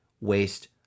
waste